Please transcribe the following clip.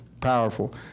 powerful